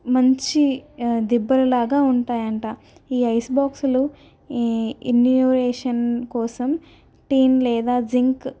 మంచి దిబ్బలలాగా ఉంటాయంట ఈ ఐస్ బాక్సులు ఏ ఎన్యుమరేషన్ కోసం టిన్ లేదా జింక్